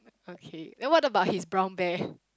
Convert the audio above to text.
okay then what about his brown bear